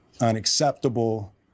unacceptable